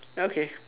okay